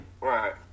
Right